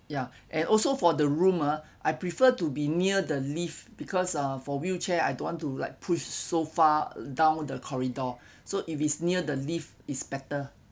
ya and also for the room ah I prefer to be near the lift because ah for wheelchair I don't want to like push so far down the corridor so if it's near the lift is better